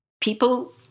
People